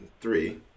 three